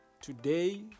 today